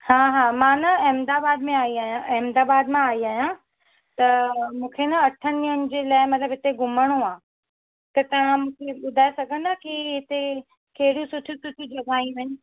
हा हा मां न अहमदाबाद में आई आहियां अहमदाबाद मां आई आहियां त मूंखे न अठनि ॾींहंनि जे लाइ मतिलबु हिते घुमणो आहे त तव्हां मूंखे ॿुधाइ सघंदा की हिते कहिड़ियूं सुठियूं सुठियूं जॻहियूं आहिनि